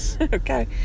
Okay